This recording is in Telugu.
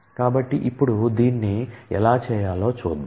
కాబట్టి ఇప్పుడు దీన్ని ఎలా చేయాలో చూద్దాం